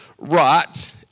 right